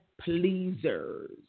pleasers